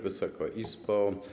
Wysoka Izbo!